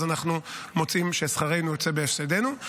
אז אנחנו מוצאים ששכרנו יוצא בהפסדנו.